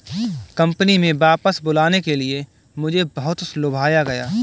company में वापस बुलाने के लिए मुझे बहुत लुभाया गया